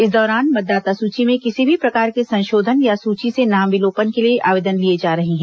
इस दौरान मतदाता सूची में किसी भी प्रकार के संशोधन या सूची से नाम विलोपन के लिए भी आवेदन लिए जा रहे हैं